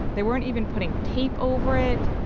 there weren't even putting tape over it.